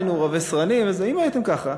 היינו רבי-סרנים וכו'.